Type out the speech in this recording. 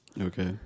Okay